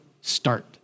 start